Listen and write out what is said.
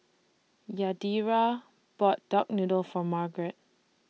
Yadira bought Duck Noodle For Margrett